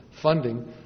funding